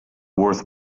worth